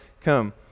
come